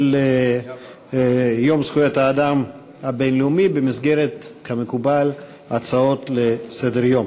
יום זכויות האדם הבין-לאומי במסגרת הצעות לסדר-יום,